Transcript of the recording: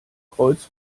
kreuz